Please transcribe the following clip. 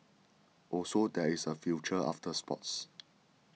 also there is a future after sports